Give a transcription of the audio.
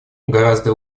гораздо